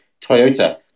Toyota